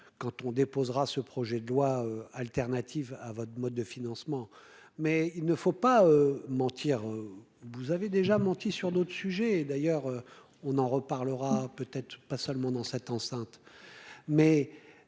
quand on déposera ce projet de loi alternative à votre mode de financement, mais il ne faut pas mentir, vous avez déjà menti sur d'autres sujets, et d'ailleurs on en reparlera peut-être pas seulement dans cette enceinte,